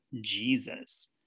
Jesus